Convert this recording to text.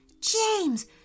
James